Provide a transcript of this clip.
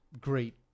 great